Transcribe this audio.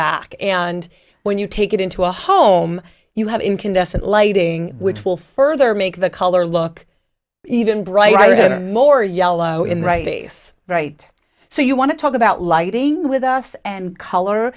back and when you take it into a home you have incandescent lighting which will further make the color look even brighter more yellow in the right right so you want to talk about lighting with us and color